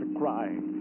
crying